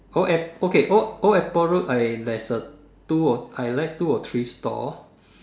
old air~ okay old old airport road I there's a two I like two or three store